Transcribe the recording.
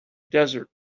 desert